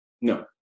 No